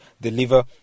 deliver